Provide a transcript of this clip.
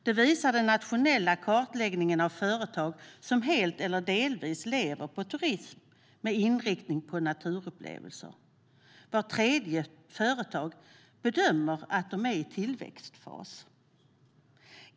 Det visar den nationella kartläggningen av de företag som helt eller delvis lever på turism med inriktning på naturupplevelser. Vart tredje företag bedömer att det är i en tillväxtfas.